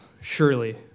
Surely